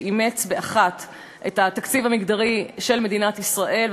שאימץ באחת את התקציב המגדרי של מדינת ישראל,